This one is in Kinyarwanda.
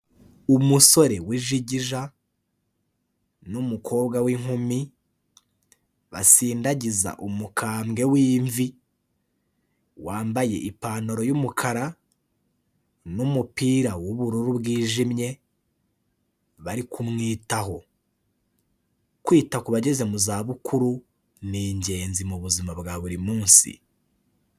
Umusore w'ijigija n'umukobwa w'inkumi basindagiza umukambwe w'imvi wambaye ipantaro y'umukara n'umupira w'ubururu bwijimye bari kumwitaho. Kwita ku bageze mu zabukuru ni ingenzi mu buzima bwa buri munsi.